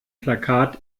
plakat